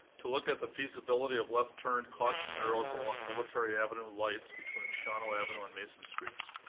to look at the feasibility of left turn caution arrows along military avenue lights between shauno avenue and mason streets.